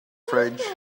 fridge